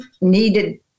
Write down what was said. needed